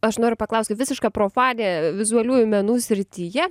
aš noriu paklaust kaip visiška profanė vizualiųjų menų srityje